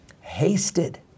hasted